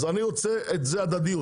אז אני רוצה את זה הדדיות.